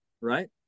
Right